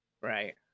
right